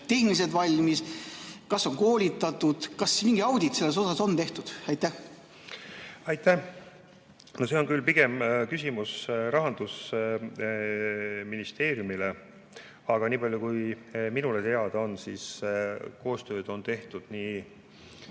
tehniliselt valmis, kas nad on koolitatud? Kas mingi audit selle kohta on tehtud? Aitäh! No see on küll pigem küsimus Rahandusministeeriumile, aga niipalju kui minule teada on, koostööd on tehtud